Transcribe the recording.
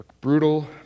brutal